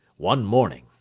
one morning,